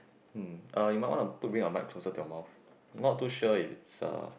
hmm uh you might want to put bring your mic closer to your mouth not too sure it's